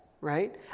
right